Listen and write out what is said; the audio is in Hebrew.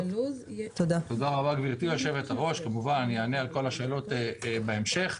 תודה רבה, כמובן שאענה על כל השאלות בהמשך.